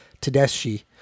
Tedeschi